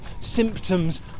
symptoms